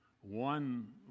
One